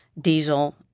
diesel